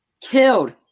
killed